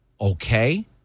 Okay